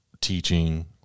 teaching